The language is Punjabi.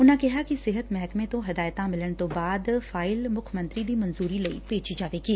ਉਨੂਾ ਕਿਹਾ ਕਿ ਸਿਹਤ ਮਹਿਕਮੇ ਤੋ ਹਦਾਇਤਾ ਮਿਲਣ ਤੋ ਬਾਅਦ ਫਾਈਲ ਮੁੱਖ ਮੰਤਰੀ ਦੀ ਮਨਜੁਰੀ ਲਈ ਭੇਜੀ ਜਾਵੇਗੀ